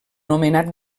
nomenat